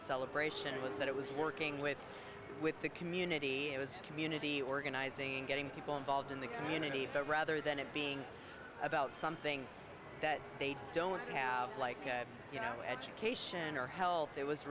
celebration was that it was working with with the community it was community organizing getting people involved in the community but rather than it being about something that they don't have like you know education or health it was